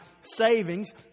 savings